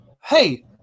hey –